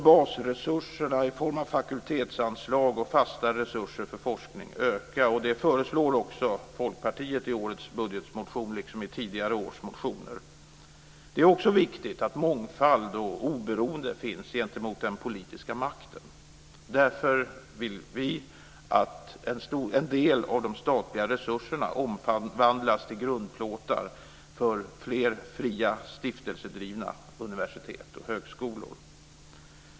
Basresurserna i form av fakultetsanslag och fasta resurser för forskning måste öka. Det föreslår också Folkpartiet i årets budgetmotion, liksom i tidigare års motioner. Det är också viktigt att mångfald och oberoende finns gentemot den politiska makten. Därför vill vi att en del av de statliga resurserna omvandlas till grundplåtar för fler fria stiftelsedrivna universitet och högskolor.